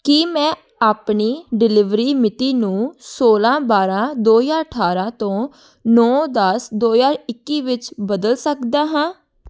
ਕੀ ਮੈਂ ਆਪਣੀ ਡਿਲੀਵਰੀ ਮਿਤੀ ਨੂੰ ਸੋਲਾਂ ਬਾਰਾਂ ਦੋ ਹਜ਼ਾਰ ਅਠਾਰਾਂ ਤੋਂ ਨੌਂ ਦਸ ਦੋ ਹਜ਼ਾਰ ਇੱਕੀ ਵਿੱਚ ਬਦਲ ਸਕਦਾ ਹਾਂ